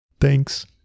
thanks